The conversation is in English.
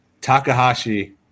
Takahashi